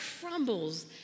crumbles